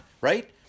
Right